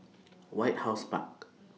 White House Park